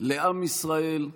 לעם ישראל,